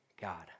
God